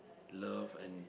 love and